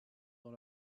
dans